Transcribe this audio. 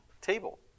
table